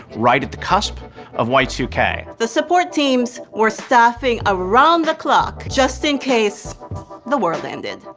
right at the cusp of y two k. the support teams were staffing around the clock just in case the world ended.